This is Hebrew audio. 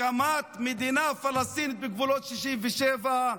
הקמת מדינה פלסטינית בגבולות 67',